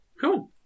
Cool